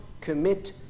commit